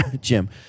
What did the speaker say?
Jim